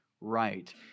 right